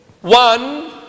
one